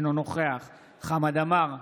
אינו נוכח חמד עמאר,